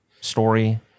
story